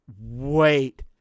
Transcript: wait